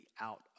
out